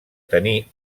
tenir